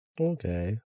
okay